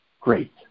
great